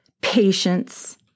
patience